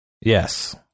Yes